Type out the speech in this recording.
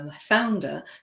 founder